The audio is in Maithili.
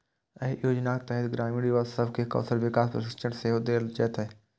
एहि योजनाक तहत ग्रामीण युवा सब कें कौशल विकास प्रशिक्षण सेहो देल जेतै